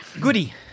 Goody